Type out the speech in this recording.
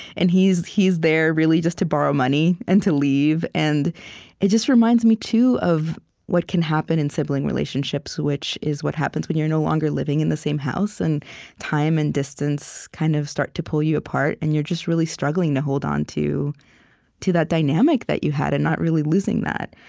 and he's he's there, really, just to borrow money and to leave. it just reminds me, too, of what can happen in sibling relationships, which is what happens when you're no longer living in the same house, and time and distance kind of start to pull you apart, and you're just really struggling to hold onto that dynamic that you had and not really losing that.